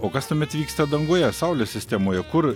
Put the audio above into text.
o kas tuomet vyksta danguje saulės sistemoje kur